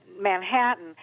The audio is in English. Manhattan